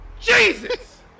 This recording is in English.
Jesus